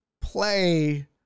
play